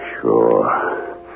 Sure